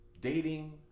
dating